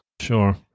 Sure